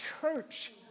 church